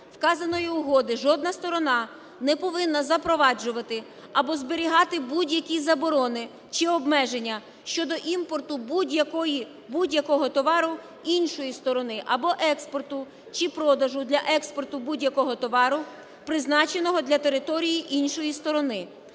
вказаної угоди, жодна сторона не повинна запроваджувати або зберігати будь-які заборони чи обмеження щодо імпорту будь-якого товару іншої сторони або експорту чи продажу для експорту будь-якого товару, призначеного для території іншої сторони,